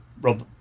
Rob